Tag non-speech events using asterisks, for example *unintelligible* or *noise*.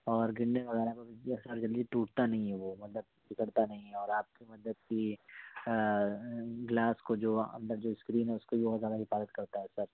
اور گرنے وغیرہ پہ بھی *unintelligible* سر جلدی ٹوٹتا نہیں ہے وہ مطلب بگڑتا نہیں ہے اور آپ کے مطلب کہ گلاس کو جو اندر جو اسکرین ہے اس کو بھی بہت زیادہ حفاظت کرتا ہے سر